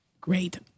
Great